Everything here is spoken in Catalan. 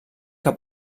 que